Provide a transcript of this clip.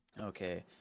Okay